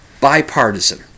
bipartisan